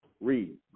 read